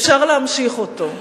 אפשר להמשיך אותו,